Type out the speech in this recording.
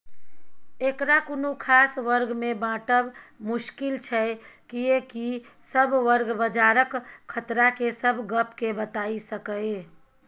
एकरा कुनु खास वर्ग में बाँटब मुश्किल छै कियेकी सब वर्ग बजारक खतरा के सब गप के बताई सकेए